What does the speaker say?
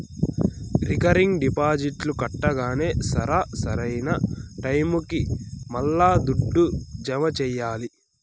recurring డిపాజిట్లు కట్టంగానే సరా, సరైన టైముకి మల్లా దుడ్డు జమ చెయ్యాల్ల